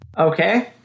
okay